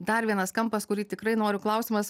dar vienas kampas kurį tikrai noriu klausimas